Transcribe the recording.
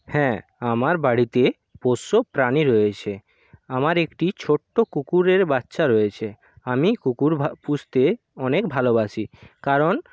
হ্যাঁ আমার বাড়িতে পোষ্য প্রাণী রয়েছে আমার একটি ছোট্ট কুকুরের বাচ্ছা রয়েছে আমি কুকুর ভা পুষতে অনেক ভালোবাসি কারণ